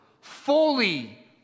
fully